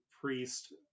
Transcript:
priest